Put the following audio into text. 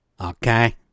Okay